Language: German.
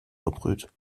verbrüht